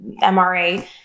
MRA